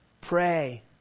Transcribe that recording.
pray